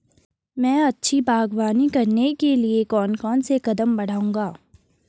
मैं अच्छी बागवानी करने के लिए कौन कौन से कदम बढ़ाऊंगा?